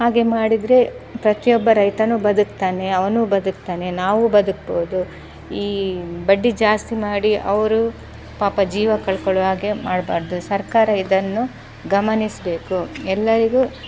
ಹಾಗೆ ಮಾಡಿದರೆ ಪ್ರತಿಯೊಬ್ಬ ರೈತನೂ ಬದುಕ್ತಾನೆ ಅವನೂ ಬದುಕ್ತಾನೆ ನಾವೂ ಬದುಕ್ಬೋದು ಈ ಬಡ್ಡಿ ಜಾಸ್ತಿ ಮಾಡಿ ಅವರು ಪಾಪ ಜೀವ ಕಳ್ಕೊಳ್ಳುವ ಹಾಗೆ ಮಾಡಬಾರ್ದು ಸರ್ಕಾರ ಇದನ್ನು ಗಮನಿಸಬೇಕು ಎಲ್ಲರಿಗೂ